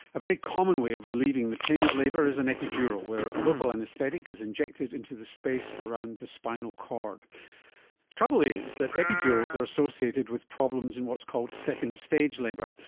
a very common way of relieving the pain of labour is an epidural where a local anaesthetic is injected into the space around the spinal cord. the trouble is that epidurals are associated with problems in what's called second stage labour.